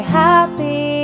happy